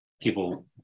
People